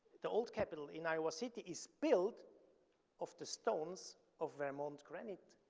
the old capitol in iowa city is built of the stones of vermont granite.